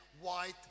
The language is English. white